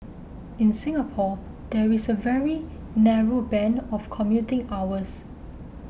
in Singapore there is a very narrow band of commuting hours